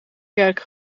kerk